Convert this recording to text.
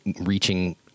reaching